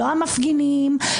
לא המפגינים,